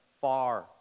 far